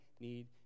need